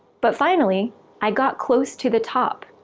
but finally i got close to the top,